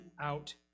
out